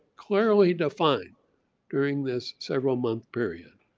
clearly defined during this several month period.